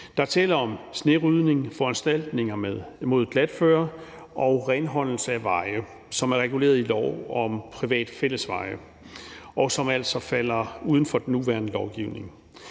er tale om snerydning, foranstaltninger mod glatføre og renholdelse af veje, som er reguleret i lov om private fællesveje, og som altså falder uden for den nuværende lovgivning.